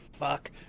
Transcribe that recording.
Fuck